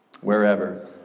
wherever